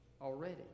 already